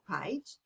page